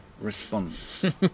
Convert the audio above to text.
response